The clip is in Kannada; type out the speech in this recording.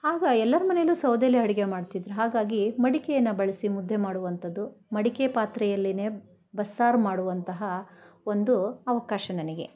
ಆಗ ಎಲ್ಲರ ಮನೆಯಲ್ಲು ಸೌದೆಲೆ ಅಡ್ಗೆ ಮಾಡ್ತಿದ್ರು ಹಾಗಾಗಿ ಮಡಿಕೆಯನ್ನು ಬಳಸಿ ಮುದ್ದೆ ಮಾಡುವಂಥದ್ದು ಮಡಿಕೆ ಪಾತ್ರೆಯಲ್ಲಿನೇ ಬಸ್ಸಾರು ಮಾಡುವಂತಹ ಒಂದು ಅವಕಾಶ ನನಗೆ